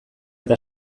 eta